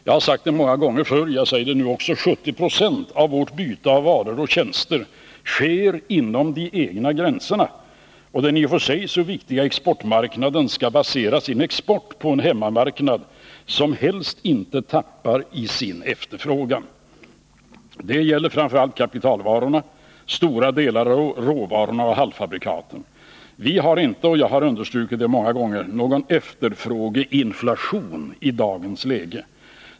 Jag har många gånger förut sagt, och jag säger det nu också, att 70 90 av vårt byte av varor och tjänster sker inom de egna gränserna, och den i och för sig så viktiga exportmarknaden skall basera sin export på en hemmamarknad som helst inte tappar sin efterfrågan. Det gäller framför allt kapitalvarorna, stora delar av råvarorna och halvfabrikaten. Vi har inte — jag har understrukit det många gånger — någon efterfrågeinflation i dagens läge.